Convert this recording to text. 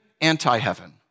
Anti-heaven